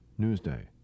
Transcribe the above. Newsday